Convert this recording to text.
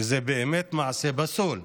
שזה באמת מעשה פסול,